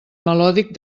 melòdic